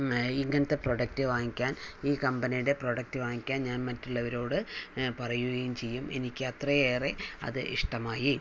ഇങ്ങനത്തെ പ്രൊഡക്റ്റ് വാങ്ങിക്കാൻ ഈ കമ്പനിയുടെ പ്രൊഡക്റ്റ് വാങ്ങിക്കാൻ ഞാൻ മറ്റുള്ളവരോട് പറയുകയും ചെയ്യും എനിക്ക് അത്രയേറെ അത് ഇഷ്ടമായി